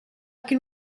can